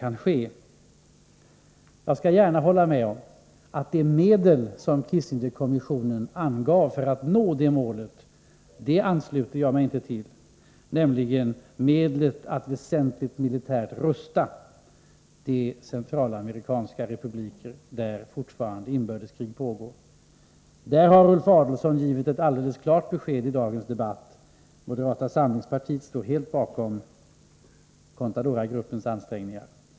Jag kan gärna säga att jag inte ansluter mig till de medel som Kissingerkommissionen angav för att nå detta mål, nämligen att militärt väsentligt rusta upp de centralamerikanska republiker där det fortfarande pågår inbördeskrig. Här har Ulf Adelsohn i dag givit ett klart besked. Moderata samlingspartiet står helt bakom Contadoragruppens ansträngningar.